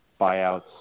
buyouts